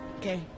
Okay